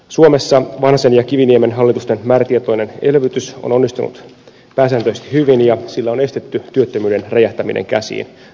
suomessa vanhasen ja kiviniemen hallitusten määrätietoinen elvytys on onnistunut pääsääntöisesti hyvin ja sillä on estetty työttömyyden räjähtäminen käsiin